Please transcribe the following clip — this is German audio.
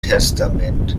testament